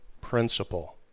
principle